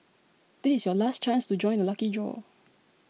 this is your last chance to join the lucky draw